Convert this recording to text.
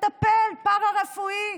מטפל פארה-רפואי?